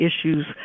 issues